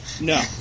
No